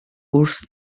wrth